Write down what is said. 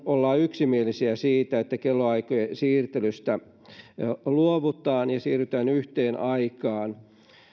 ollaan yksimielisiä siitä että kellonaikojen siirtelystä luovutaan ja siirrytään yhteen aikaan